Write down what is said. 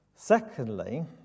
Secondly